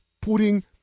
putting